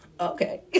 Okay